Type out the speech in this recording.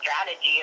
strategy